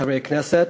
חברי כנסת,